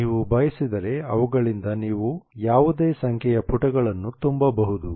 ನೀವು ಬಯಸಿದರೆ ಅವುಗಳಿಂದ ನೀವು ಯಾವುದೇ ಸಂಖ್ಯೆಯ ಪುಟಗಳನ್ನು ತುಂಬಬಹುದು